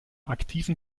aktiven